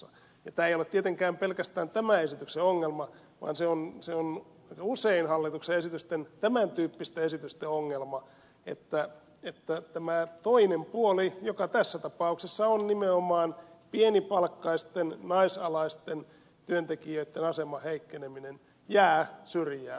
tämä ei ole tietenkään pelkästään tämän esityksen ongelma vaan se on aika usein hallituksen esitysten tämän tyyppisten esitysten ongelma että tämä toinen puoli joka tässä tapauksessa on nimenomaan pienipalkkaisten naisvaltaisten alojen työntekijöitten aseman heikkeneminen jää syrjään